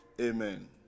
amen